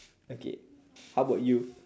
okay how about you